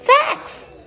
Facts